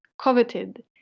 coveted